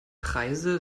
preise